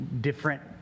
different